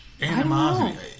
animosity